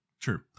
True